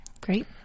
Great